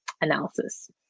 analysis